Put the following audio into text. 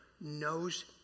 knows